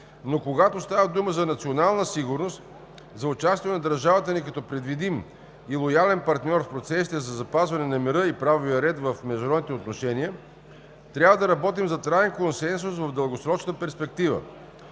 но когато става дума за национална сигурност, за участието на държавата ни като предвидим и лоялен партньор в процесите за запазване на мира и правовия ред в международните отношения, трябва да работим за траен консенсус в дългосрочна перспектива,